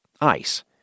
Ice